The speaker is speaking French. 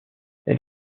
elle